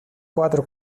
cuatro